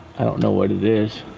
i don't know what it is.